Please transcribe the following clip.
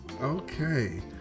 okay